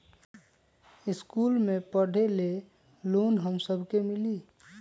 इश्कुल मे पढे ले लोन हम सब के मिली?